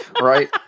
right